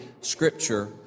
scripture